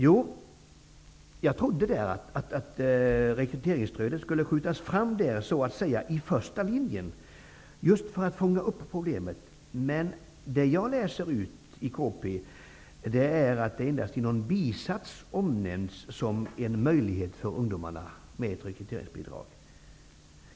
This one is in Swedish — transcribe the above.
Jag trodde att rekryteringsstödet skulle skjutas fram i så att säga första linjen där, just för att fånga upp problemet. Men det jag läser ut av kompletteringspropositionen är att ett rekryteringsbidrag endast omnämns i någon bisats som en möjlighet för ungdomarna.